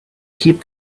keep